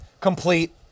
complete